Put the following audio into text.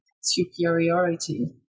superiority